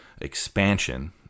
expansion